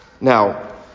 Now